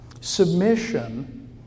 Submission